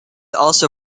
also